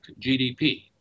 GDP